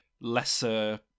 lesser